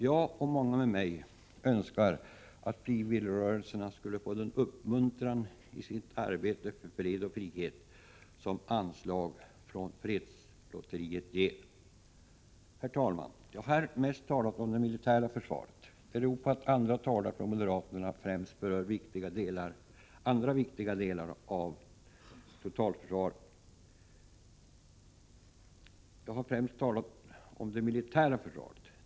Jag och många med mig önskar att frivilligrörelserna skulle få den uppmuntran i sitt arbete för fred och frihet som anslag från fredslotteriet ger. Herr talman! Jag har här talat mest om det militära försvaret.